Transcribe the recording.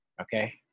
okay